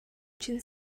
чинь